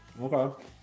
Okay